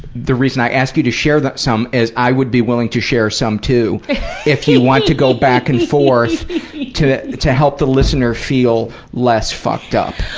the reason i ask you to share some is i would be willing to share some too if you want to go back and forth to to help the listener feel less fucked up!